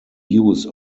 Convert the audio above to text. use